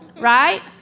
Right